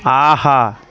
ஆஹா